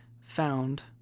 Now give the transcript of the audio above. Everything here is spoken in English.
found